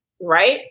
right